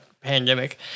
pandemic